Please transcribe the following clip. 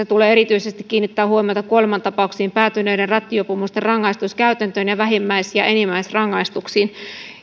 tulee erityisesti kiinnittää huomiota kuolemantapauksiin päätyneiden rattijuopumusten rangaistuskäytäntöön ja vähimmäis ja enimmäisrangaistuksiin